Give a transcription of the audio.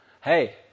hey